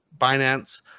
Binance